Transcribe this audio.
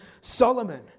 Solomon